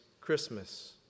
Christmas